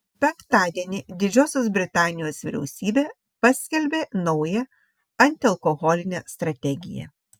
penktadienį didžiosios britanijos vyriausybė paskelbė naują antialkoholinę strategiją